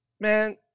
man